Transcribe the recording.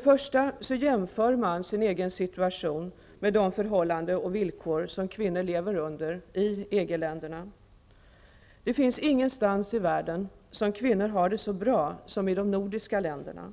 Först och främst jämför man sin egen situation med de förhållanden och villkor som kvinnor lever under i EG-länderna. Det finns ingenstans i världen där kvinnor har det så bra som i de nordiska länderna.